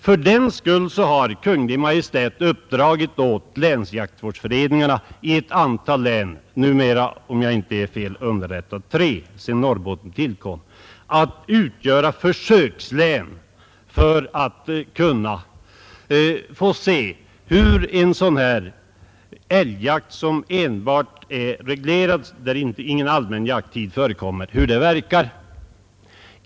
Fördenskull har Kungl. Maj:t uppdragit åt länsjaktvårdsföreningarna i ett antal län — numera, om jag inte är fel underrättad, tre, sedan Norrbotten tillkommit — att utföra försöksverksamhet för att man skall få se hur en älgjakt, som är reglerad så att ingen allmän jakttid förekommer, verkar.